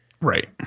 Right